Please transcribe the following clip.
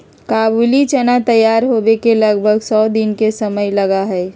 काबुली चना तैयार होवे में लगभग सौ दिन के समय लगा हई